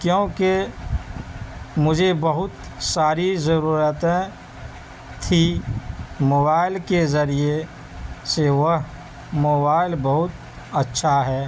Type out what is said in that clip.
کیونکہ مجھے بہت ساری ضرورتیں تھیں موبائل کے ذریعے سے وہ موبائل بہت اچھا ہے